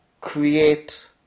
create